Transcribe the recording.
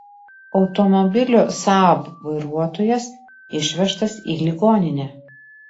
automobilio saab vairuotojas išvežtas į ligoninę